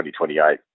2028